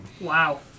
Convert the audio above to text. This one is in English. Wow